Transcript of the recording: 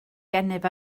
gennyf